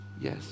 yes